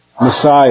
messiah